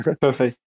perfect